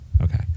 Okay